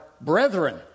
brethren